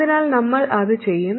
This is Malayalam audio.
അതിനാൽ നമ്മൾ അത് ചെയ്യും